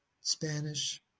Spanish